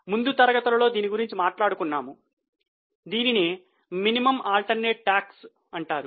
ముందు తరగతులలో దీని గురించి మాట్లాడుకున్నాము దీనినే మినిమం ఆల్టర్నట టాక్స్ అంటారు